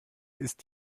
ist